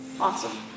Awesome